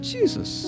Jesus